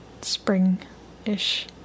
spring-ish